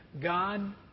God